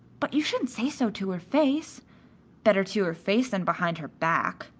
but you shouldn't say so to her face better to her face than behind her back.